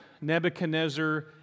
Nebuchadnezzar